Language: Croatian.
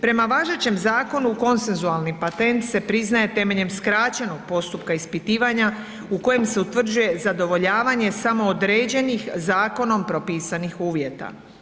Prema važećem zakonu konsensualni patent se priznaje temeljem skraćenog postupka ispitivanja u kojem se utvrđuje zadovoljavanje samo određenih, zakonom propisanih uvjeta.